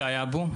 שי אבו,